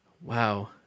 wow